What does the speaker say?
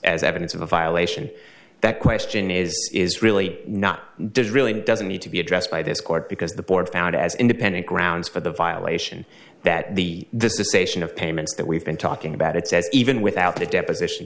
as evidence of a violation that question is is really not does really doesn't need to be addressed by this court because the board found as independent grounds for the violation that the this to say sion of payments that we've been talking about it says even without the deposition